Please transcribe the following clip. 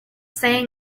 saying